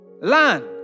Land